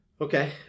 Okay